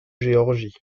géorgie